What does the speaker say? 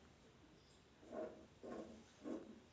अनेक भागांत शेतमजूर आणि वाटेकरी यांच्या आधारे शेती केली जाते